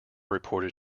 reported